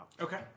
Okay